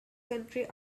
country